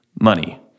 money